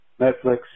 Netflix